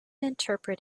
interpret